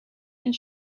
and